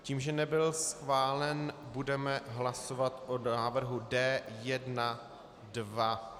Tím, že nebyl schválen, budeme hlasovat o návrhu D1.2.